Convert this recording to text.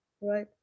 Right